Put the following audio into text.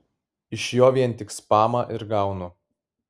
iš jo vien tik spamą ir gaunu